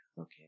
Okay